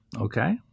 okay